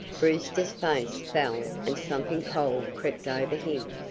brewster's face fell and something cold crept over him.